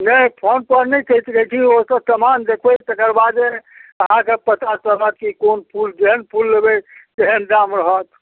नहि फोनपर नहि कहि सकै छी ओ तऽ समान देखबै तकर बादे अहाँके पता चलत कि कोन फूल जेहन फूल लेबै तेहन दाम रहत